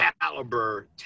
caliber